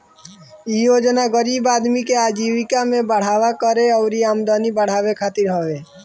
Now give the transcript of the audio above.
इ योजना गरीब आदमी के आजीविका में बढ़ावा करे अउरी आमदनी बढ़ावे खातिर हवे